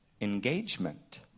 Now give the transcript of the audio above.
engagement